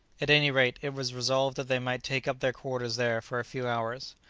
at any rate, it was resolved that they might take up their quarters there for a few hours.